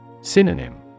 Synonym